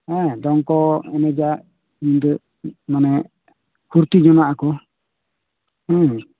ᱦᱮᱸ ᱫᱚᱝ ᱠᱚ ᱮᱱᱮᱡᱟ ᱧᱤᱸᱫᱟᱹ ᱢᱟᱱᱮ ᱯᱷᱩᱨᱛᱤ ᱡᱚᱱᱟᱜ ᱟᱠᱚ ᱦᱩᱸ